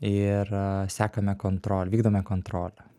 ir sekame kontrolę vykdome kontrolę